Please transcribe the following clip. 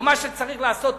או מה שצריך לעשות מורה,